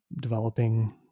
developing